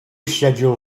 schedule